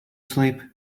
sleep